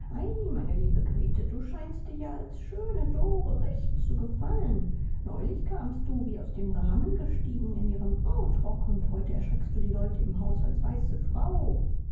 meine liebe grete du scheinst dir ja als schöne dore recht zu gefallen neulich kamst du wie aus dem rahmen gestiegen in ihrem brautrock und heute erschreckst du die leute im hause als weiße frau